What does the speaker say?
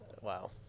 Wow